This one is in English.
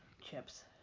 chips